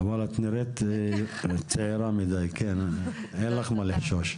אבל את נראית צעירה מידי, אין לך מה לחשוש.